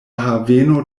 haveno